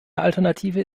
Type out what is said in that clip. alternative